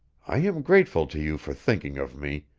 i am grateful to you for thinking of me,